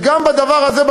וגם בדבר הזה,